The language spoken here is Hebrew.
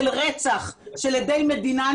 נושא הדיון.